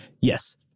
Yes